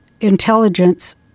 intelligence